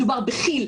מדובר בכי"ל,